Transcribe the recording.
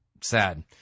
sad